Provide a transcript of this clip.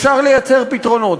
אפשר לייצר פתרונות.